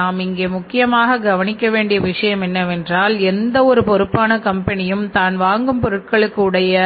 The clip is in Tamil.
நாம் இங்கே முக்கியமாக கவனிக்க வேண்டிய விஷயம் என்னவென்றால் எந்த ஒரு பொறுப்பான கம்பெனியும் தான் வாங்கும் பொருட்களுக்கு உடைய